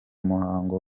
muhango